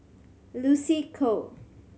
Lucy Koh